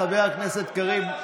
תודה, חבר הכנסת קריב.